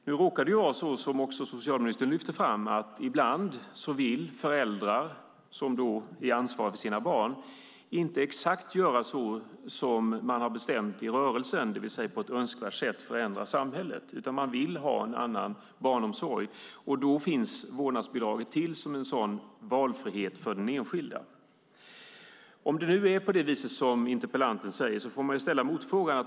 Nu råkar det vara så som också socialministern lyfte fram att föräldrar, som är ansvariga för sina barn, ibland inte vill göra exakt så som man har bestämt i rörelsen - det vill säga på ett önskvärt sätt förändra samhället. De vill i stället ha en annan barnomsorg. Då finns vårdnadsbidraget till som en sådan valfrihet för den enskilda. Om det nu är på det viset som interpellanten säger får man ställa en motfråga.